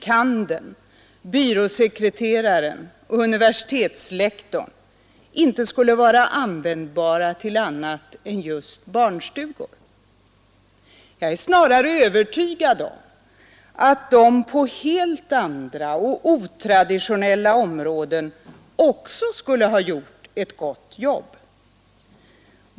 Måndagen den kand:en, byråsekreteraren och universitetslektorn inte skulle vara använd 11 december 1972 bara till annat än just att utreda barnstugor. Jag är snarare övertygad om att de på helt andra och otraditionella områden också skulle ha gjort ett gott jobb.